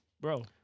bro